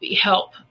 help